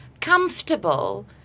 comfortable